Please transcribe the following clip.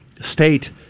state